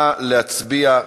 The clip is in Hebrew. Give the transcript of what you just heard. נא להצביע.